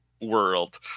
world